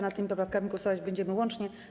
Nad tymi poprawkami głosować będziemy łącznie.